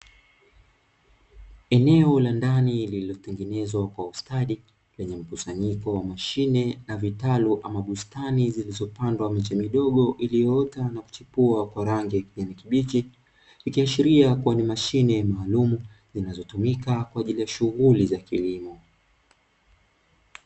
Eneo la ndani lililotengenezwa kwa ustadi lenye mkusanyiko wa mashine na vitalu ama bustani zilizopandwa miche midogo iliyoota na kuchipua kwa rangi ya kijani kibichi, ikiashiria kuwa ni mashine maalumu zinazotumika kwaajili ya shughuli za kilimo.